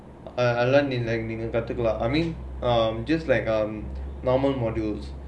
I learnt in நீங்க கத்துக்கலாம்:neenga kaththukulaam I mean just like um normal modules